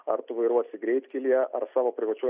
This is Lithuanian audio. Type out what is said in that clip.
ar tu vairuosi greitkelyje ar savo privačioj